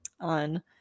on